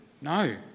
no